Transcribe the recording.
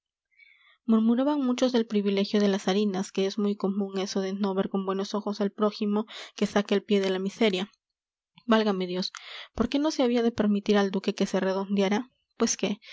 murmuraban muchos del privilegio de las harinas que es muy común eso de no ver con buenos ojos al prójimo que saca el pie de la miseria válgame dios por qué no se había de permitir al duque que se redondeara pues qué